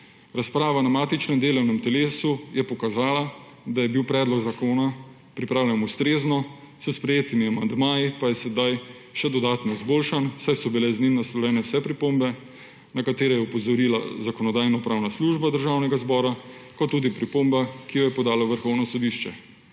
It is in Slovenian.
Razprava na matičnem delovnem telesu je pokazala, da je bil predlog zakona pripravljen ustrezno, s sprejetimi amandmaji pa je sedaj še dodatno izboljšan, saj so bile z njimi naslovljene vse pripombe, na katere je opozorila Zakonodajno-pravna služba Državnega zbora, in tudi pripomba, ki jo je podalo Vrhovno sodišče.